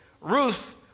Ruth